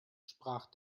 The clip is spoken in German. sprach